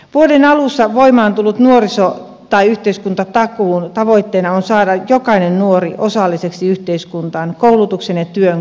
vuoden alussa voimaan tulleen nuorten yhteiskuntatakuun tavoitteena on saada jokainen nuori osalliseksi yhteiskuntaan koulutuksen ja työn kautta